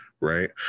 right